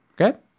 Okay